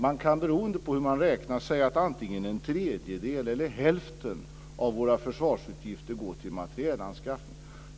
Man kan, beroende på hur man räknar, säga att antingen en tredjedel eller hälften av våra försvarsutgifter går till materielanskaffning.